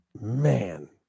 man